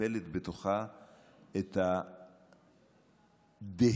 מקפלת בתוכה את הדהירה